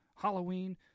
halloween